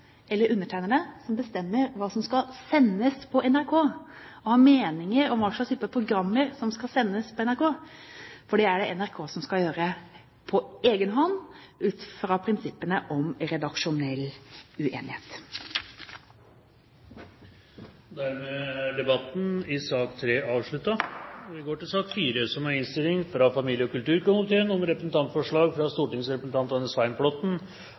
eller undertegnede som bestemmer hva som skal sendes på NRK, eller har meninger om hvilke typer programmer som skal sendes på NRK, for det er det NRK som skal gjøre på egen hånd – ut fra prinsippene om redaksjonell uenighet. Dermed er sak nr. 3 ferdigbehandlet. Etter ønske fra familie- og kulturkomiteen